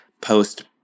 post